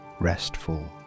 restful